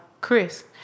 Chris